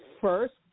first